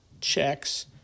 Checks